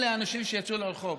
אלה האנשים שיצאו לרחוב